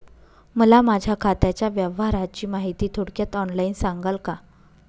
मला माझ्या खात्याच्या व्यवहाराची माहिती थोडक्यात ऑनलाईन सांगाल का?